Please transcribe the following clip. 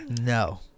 No